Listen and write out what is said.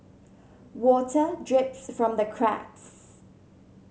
water drips from the cracks